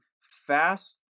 fast